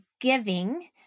giving